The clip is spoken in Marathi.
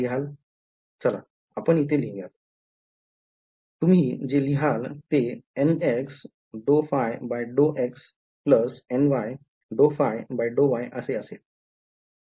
चला आपण इथे असे लिहुयात तुम्ही जे लिहाल ते nx∂ϕ∂x ny∂ϕ∂y असे असेल